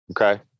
Okay